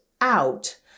out